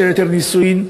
וכשבאו לבקש היתר נישואין,